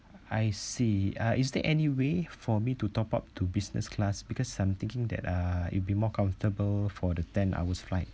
I see uh is there any way for me to top up to business class because I'm thinking that uh it'll be more comfortable for the ten hours flight